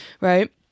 Right